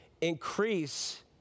increase